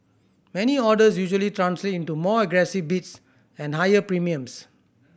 many orders usually translate into more aggressive bids and higher premiums